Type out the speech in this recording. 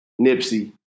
Nipsey